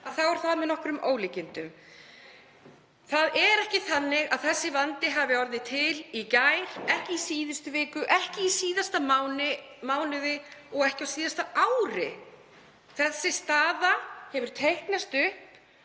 er það með nokkrum ólíkindum. Það er ekki þannig að þessi vandi hafi orðið til í gær, ekki í síðustu viku, ekki í síðasta mánuði og ekki á síðasta ári. Þessi staða hefur teiknast upp